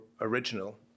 original